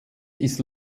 ist